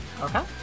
Okay